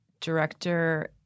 Director